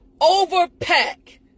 overpack